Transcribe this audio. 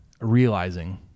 realizing